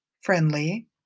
friendly